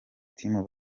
team